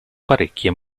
parecchie